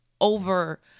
over